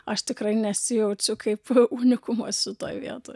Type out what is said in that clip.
aš tikrai nesijaučiu kaip unikumas šitoj vietoj